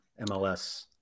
MLS